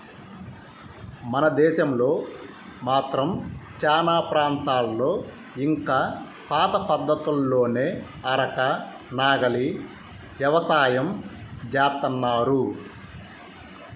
మన దేశంలో మాత్రం చానా ప్రాంతాల్లో ఇంకా పాత పద్ధతుల్లోనే అరక, నాగలి యవసాయం జేత్తన్నారు